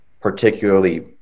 particularly